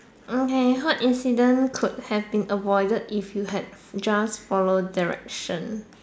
okay what incident could have been avoided if you had just followed direction